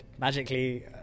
magically